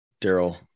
Daryl